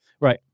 Right